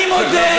אני מודה,